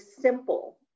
simple